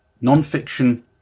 non-fiction